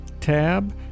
tab